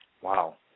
Wow